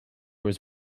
was